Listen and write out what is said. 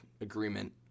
agreement